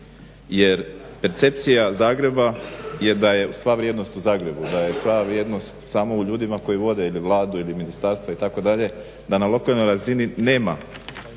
Jer percepcija Zagreba je da je sva vrijednost u Zagrebu, da je sva vrijednost samo u ljudima koji vode ili Vladu ili ministarstva itd., da na lokalnoj razini nema